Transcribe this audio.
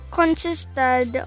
consisted